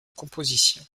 composition